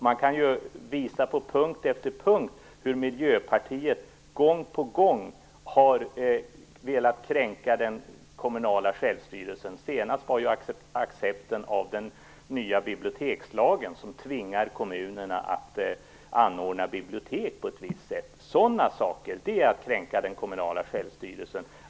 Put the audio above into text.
Man kan på punkt efter punkt visa hur Miljöpartiet gång på gång har velat kränka den kommunala självstyrelsen. Det senaste exemplet var accepten av den nya bibliotekslagen som tvingar kommunerna att anordna bibliotek på ett visst sätt. Sådant är att kränka den kommunala självstyrelsen.